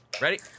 Ready